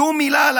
שום מילה על